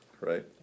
Right